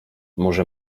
może